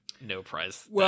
no-prize